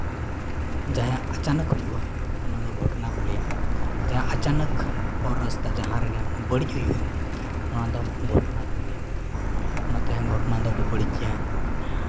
ᱡᱟᱦᱟᱭᱟᱜ ᱟᱪᱚᱱᱟᱠ ᱦᱩᱭᱩᱜᱼᱟ ᱚᱱᱟ ᱫᱚ ᱜᱷᱚᱴᱚᱱᱟ ᱠᱚ ᱞᱟᱹᱭᱟ ᱡᱟᱦᱟᱸ ᱟᱪᱚᱱᱚᱠ ᱦᱚᱨ ᱨᱟᱥᱛᱟ ᱡᱟᱦᱟᱸ ᱨᱮᱜᱮ ᱵᱟᱹᱲᱤᱡ ᱦᱩᱭᱩᱜᱼᱟ ᱚᱱᱟᱫᱚ ᱜᱷᱚᱴᱚᱱᱟ ᱠᱚ ᱞᱟᱹᱭᱟ ᱚᱱᱟ ᱛᱮᱦᱚᱸ ᱜᱷᱚᱴᱚᱱᱟ ᱫᱚ ᱟᱹᱰᱤ ᱵᱟᱹᱲᱤᱡ ᱜᱮᱭᱟ